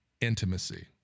intimacy